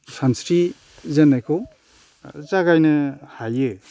सानस्रि जेननायखौ जागायनो हायो